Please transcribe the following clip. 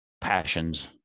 passions